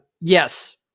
Yes